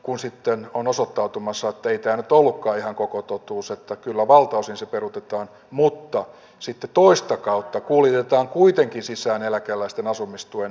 kun sitten on osoittautumassa peritään tulkkaajan koko totuus että kyllä valtaosin se peruutetaan mutta sitten toista kautta kuljetetaan kuitenkin sisään eläkeläisten asumistuen